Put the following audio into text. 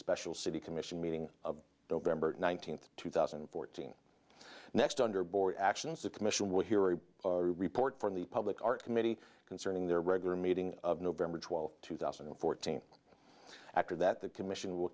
special city commission meeting of november one thousand to two thousand and fourteen next under board actions the commission will hear a report from the public art committee concerning their regular meeting of november twelfth two thousand and fourteen after that the commission will